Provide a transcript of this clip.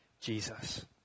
Jesus